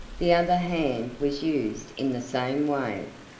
the other hand was used in the same way.